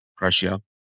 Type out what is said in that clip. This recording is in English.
Russia